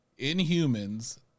Inhumans